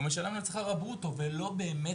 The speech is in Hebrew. הוא משלם לו את שכר הברוטו ולא באמת